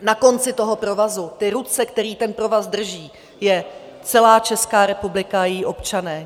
Na konci toho provazu, ty ruce, které ten provaz drží, je celá Česká republika a její občané.